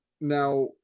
Now